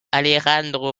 alejandro